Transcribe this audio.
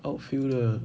outfield 的